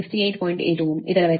7 0